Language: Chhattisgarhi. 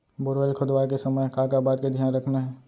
बोरवेल खोदवाए के समय का का बात के धियान रखना हे?